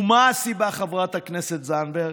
ומה הסיבה, חברת הכנסת זנדברג?